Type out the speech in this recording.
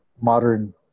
modern